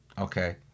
Okay